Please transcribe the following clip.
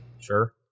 sure